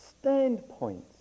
standpoints